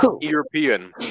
european